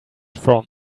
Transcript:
from